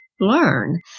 learn